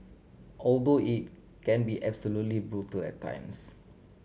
although it can be absolutely brutal at times